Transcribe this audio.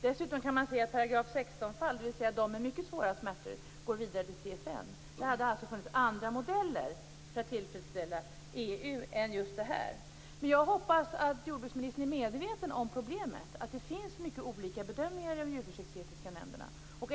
Dessutom kan man se att fall enligt 16 §, dvs. de försök som orsakar mycket svåra smärtor, går vidare till CFN. Det hade funnits andra modeller för att tillfredsställa EU än just detta. Jag hoppas att jordbruksministern är medveten om problemet att det finns olika bedömningar av de djurförsöksetiska nämnderna.